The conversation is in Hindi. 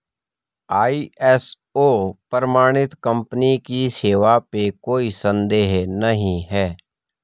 आई.एस.ओ प्रमाणित कंपनी की सेवा पे कोई संदेह नहीं है